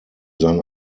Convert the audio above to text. sein